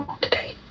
today